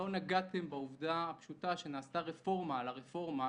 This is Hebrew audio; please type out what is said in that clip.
לא נגעתם בעובדה הפשוטה שנעשתה רפורמה על הרפורמה,